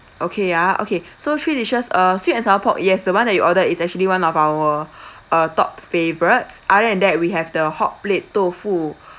okay ah okay so three dishes uh sweet and sour pork yes the one that you order is actually one of our uh top favourites other than that we have the hotplate tofu